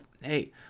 hey